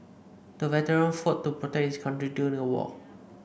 the veteran fought to protect his country during the war